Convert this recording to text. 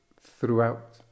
throughout